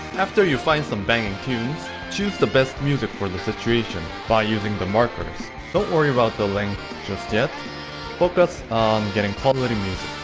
after you find some banging tunes choose the best music for the situation by using the markers don't worry about the length just yet focus getting quality music